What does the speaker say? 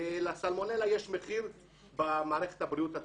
לסלמונלה יש מחיר במערכת הבריאות הציבורית.